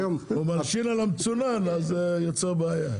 שאם אפשר במצונן, על אחת כמה וכמה בקפוא.